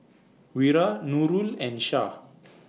Wira Nurul and Shah